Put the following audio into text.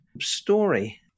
story